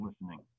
listening